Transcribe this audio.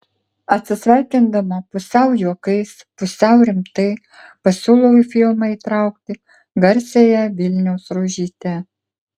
atsisveikindama pusiau juokais pusiau rimtai pasiūlau į filmą įtraukti garsiąją vilniaus rožytę